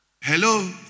Hello